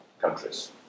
countries